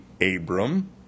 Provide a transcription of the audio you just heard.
Abram